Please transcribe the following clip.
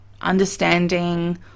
understanding